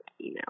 email